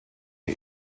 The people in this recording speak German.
die